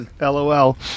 LOL